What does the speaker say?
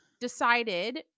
Decided